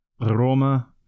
Roma